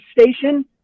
station